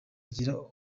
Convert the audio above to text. ugira